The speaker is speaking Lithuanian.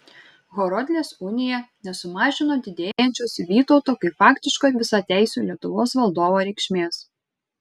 horodlės unija nesumažino didėjančios vytauto kaip faktiško visateisio lietuvos valdovo reikšmės